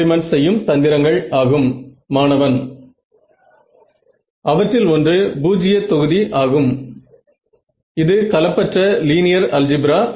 சரியா